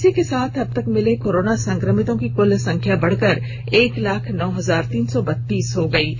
इसी के साथ अब तक मिले कोरोना संक्रमितों की कुल संख्या बढ़कर एक लाख नौ हजार तीन सौ बत्तीस पहुंच गई है